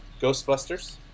Ghostbusters